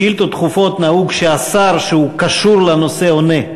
בשאילתות דחופות נהוג שהשר שקשור לנושא עונה.